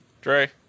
Dre